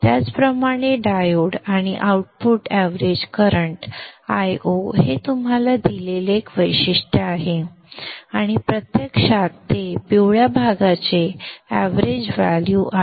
त्याचप्रमाणे डायोड आणि output average current Io हे तुम्हाला दिलेले एक स्पेक आहे आणि प्रत्यक्षात ते पिवळ्या रीपल भागाचे एवरेज व्हॅल्यू आहे